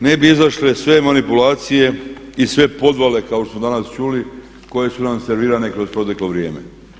Ne bi izašle sve manipulacije i sve podvale kao što smo danas čuli koje su nam servirane kroz proteklo vrijeme.